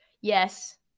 Yes